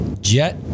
jet